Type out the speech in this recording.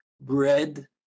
bread